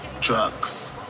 drugs